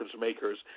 makers